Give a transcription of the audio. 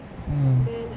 mm